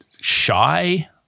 shy